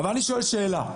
אבל אני שואל שאלה.